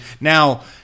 now